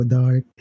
dark